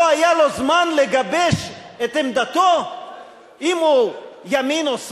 לא היה לו זמן לגבש את עמדתו אם הוא ימין או שמאל?